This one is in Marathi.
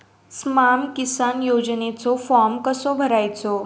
स्माम किसान योजनेचो फॉर्म कसो भरायचो?